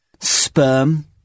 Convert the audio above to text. sperm